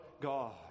God